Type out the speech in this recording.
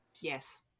Yes